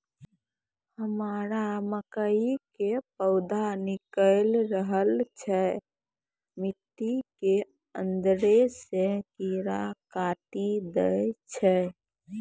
हमरा मकई के पौधा निकैल रहल छै मिट्टी के अंदरे से कीड़ा काटी दै छै?